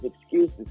excuses